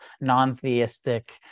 non-theistic